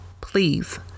Please